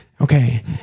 Okay